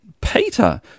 Peter